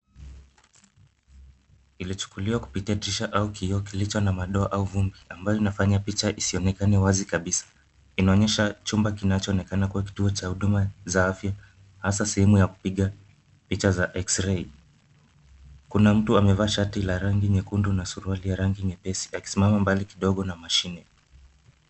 Ilichukuliwa kupitia dirisha au kioo kilicho na madoa au vumbi ambayo inafanya picha isionekane wazi kabisa. Inaonyesha chumba kinachoonekana kuwa kituo cha huduma za afya, hasa sehemu ya kupiga picha za x-ray . Kuna mtu amevaa shati la rangi nyekundu na suruali ya rangi nyepesi, akisimama mbali kidogo na mashine.